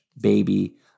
baby